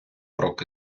роки